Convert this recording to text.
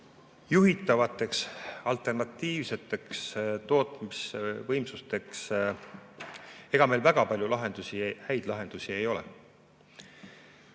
juhitavateks alternatiivseteks tootmisvõimsusteks meil väga palju häid lahendusi ei ole.